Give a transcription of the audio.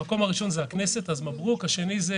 במקום הראשון הכנסת מברוק והשני זה